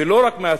ולא רק מהציבור,